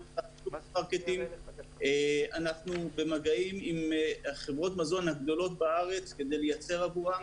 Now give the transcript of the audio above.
אנחנו במגעים עם חברות המזון הגדולות בארץ כדי לייצר עבורן.